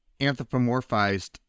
anthropomorphized